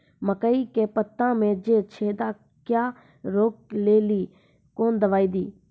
मकई के पता मे जे छेदा क्या रोक ले ली कौन दवाई दी?